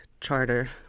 charter